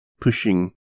pushing